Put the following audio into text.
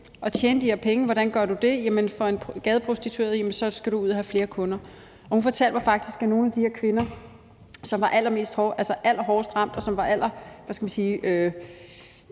og tjene de her penge, og hvordan gør du det? Jamen for en gadeprostitueret betyder det, at du skal ud og have flere kunder. Hun fortalte mig faktisk, at nogle af de her kvinder, som var allerhårdest ramt, og som var, man kan sige